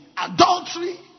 adultery